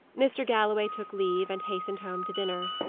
mr. galloway took leave, and hastened home to dinner.